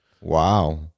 Wow